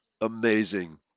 amazing